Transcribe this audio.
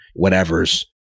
whatevers